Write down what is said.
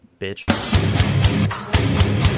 bitch